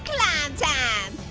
am